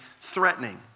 threatening